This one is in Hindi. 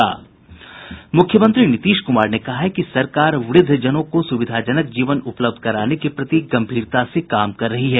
मुख्यमंत्री नीतीश कुमार ने कहा है कि सरकार वृद्धजनों को सुविधाजनक जीवन उपलब्ध कराने के प्रति गंभीरता से काम कर रही है